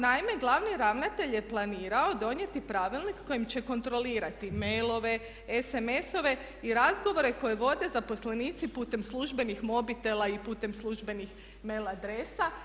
Naime, glavni ravnatelj je planirao donijeti pravilnik kojim će kontrolirati mailove, sms-ove i razgovore koje vode zaposlenici putem službenih mobitela i putem službenih mail adresa.